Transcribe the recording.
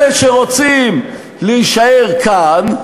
אלה שרוצים להישאר כאן,